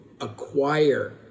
acquire